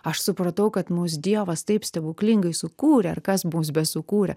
aš supratau kad mus dievas taip stebuklingai sukūrė ar kas mus besukūrė